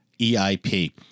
EIP